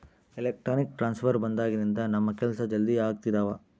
electronic transfer ಬಂದಾಗಿನಿಂದ ನಮ್ ಕೆಲ್ಸ ಜಲ್ದಿ ಆಗ್ತಿದವ